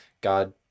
god